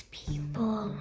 people